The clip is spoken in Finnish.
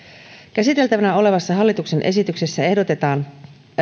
käsiteltävänä olevassa hallituksen esityksessä ehdotetaan